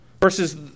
Versus